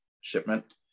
shipment